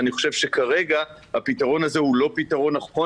אני חושב שכרגע הפתרון הזה הוא לא פתרון נכון